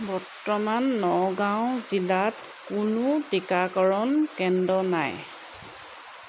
বৰ্তমান নগাঁও জিলাত কোনো টীকাকৰণ কেন্দ্ৰ নাই